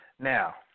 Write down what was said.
Now